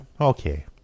okay